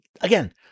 Again